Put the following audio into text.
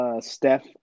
Steph